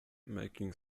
making